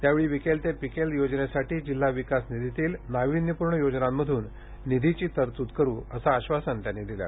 त्यावेळी विकेल ते पिकेल योजनेसाठी जिल्हा विकास निधीतील नाविन्यपूर्ण योजनांमधून निधीची तरतूद करू असे आश्वासन शंभरकर यांनी दिले